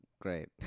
Great